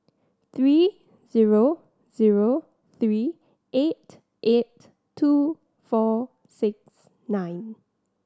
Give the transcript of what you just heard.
three zero zero three eight eight two four six nine